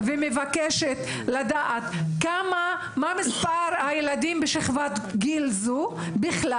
ומבקשת לדעת מה מספר הילדים בשכבת גיל זו בכלל.